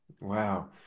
Wow